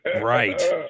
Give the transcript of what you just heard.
Right